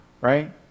right